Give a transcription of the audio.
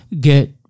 get